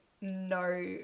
no